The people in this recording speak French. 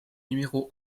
numéro